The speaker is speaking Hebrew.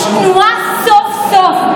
יש תנועה סוף-סוף,